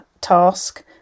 task